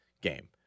game